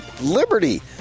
Liberty